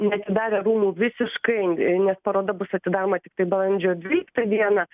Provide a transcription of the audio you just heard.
neatidavę rūmų visiškai nes paroda bus atidaroma tiktai balandžio dvyliktą dieną